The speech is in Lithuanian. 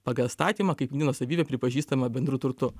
pagal įstatymą kaip nuosavybe pripažįstama bendru turtu